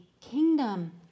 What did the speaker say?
kingdom